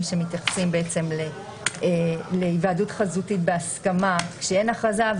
שמתייחסים בעצם להיוועדות חזותית בהסכמה כשאין הכרזה.